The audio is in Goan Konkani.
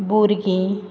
भुरगीं